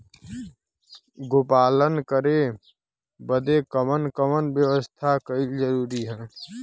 गोपालन करे बदे कवन कवन व्यवस्था कइल जरूरी ह?